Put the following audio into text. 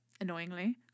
annoyingly